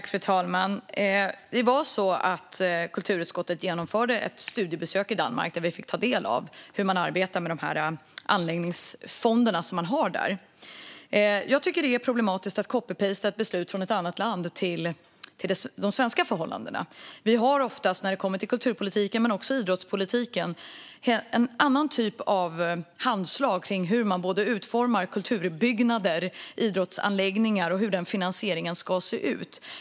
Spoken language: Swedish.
Fru talman! Kulturutskottet genomförde ett studiebesök i Danmark och fick ta del av hur man arbetar med de anläggningsfonder man har där. Jag tycker att det är problematiskt att "copypejsta" ett beslut från ett annat land till svenska förhållanden. Vi har oftast inom kulturpolitiken, men också inom idrottspolitiken, en annan typ av anslag när det gäller både hur man utformar kulturbyggnader och idrottsanläggningar och hur finansieringen ska se ut.